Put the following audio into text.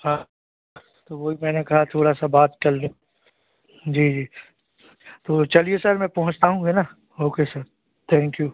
हाँ तो वही मैंने कहा थोड़ी सी बात कर लूँ जी जी तो चलिए सर मैं पहुँचता हूँ है ना okay sir thank you